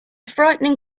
frightening